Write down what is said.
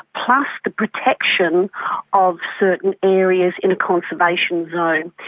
plus the protection of certain areas in a conservation zone.